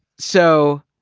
so,